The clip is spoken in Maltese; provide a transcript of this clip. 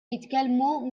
jitkellmu